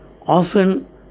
Often